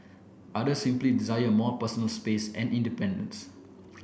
others simply desire more personal space and independence